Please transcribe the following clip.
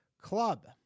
club